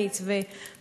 ומנכ"ל משרדו,